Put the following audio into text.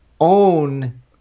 own